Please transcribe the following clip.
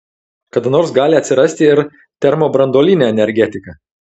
kada nors gali atsirasti ir termobranduolinė energetika